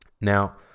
Now